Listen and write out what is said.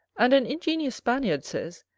and an ingenious spaniard says,